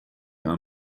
are